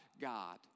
God